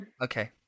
Okay